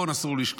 אסור לשכוח,